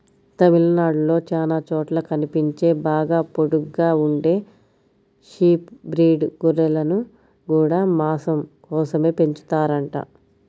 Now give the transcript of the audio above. తమిళనాడులో చానా చోట్ల కనిపించే బాగా పొడుగ్గా ఉండే షీప్ బ్రీడ్ గొర్రెలను గూడా మాసం కోసమే పెంచుతారంట